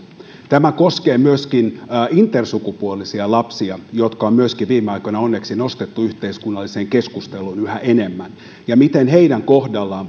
tämä koskee myöskin intersukupuolisia lapsia jotka myöskin on viime aikoina onneksi nostettu yhteiskunnalliseen keskusteluun yhä enemmän ja sitä miten heidän kohdallaan